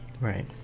right